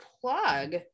plug